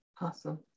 awesome